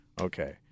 okay